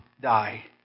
die